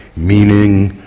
meaning,